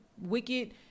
wicked